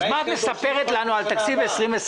אז מה את מספרת לנו על תקציב 2020?